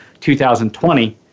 2020